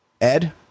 Ed